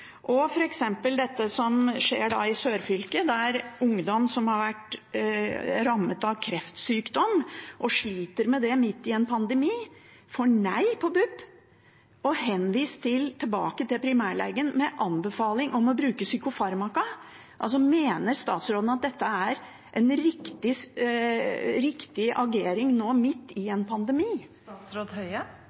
Sørfylket, der ungdom som har vært rammet av kreftsykdom, og som sliter med det midt i en pandemi, får nei av BUP og blir henvist tilbake til primærlegen, med anbefaling om å bruke psykofarmaka: Mener statsråden at det er en riktig agering nå, midt i en pandemi?